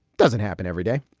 doesn't happen every day.